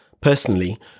Personally